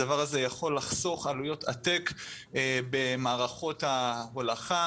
הדבר הזה יכול לחסוך עלויות עתק במערכות ההולכה,